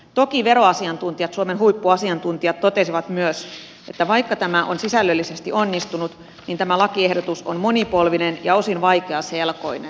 toki suomen huippuveroasiantuntijat totesivat myös että vaikka tämä on sisällöllisesti onnistunut niin lakiehdotus on monipolvinen ja osin vaikeaselkoinen